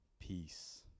Peace